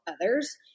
others